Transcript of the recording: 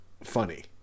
Funny